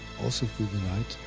also through the night,